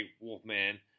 Wolfman